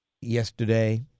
yesterday